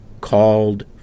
called